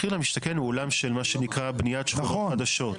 מחיר למשתכן הוא עולם של מה שנקרא בניית שכונות חדשות.